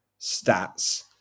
stats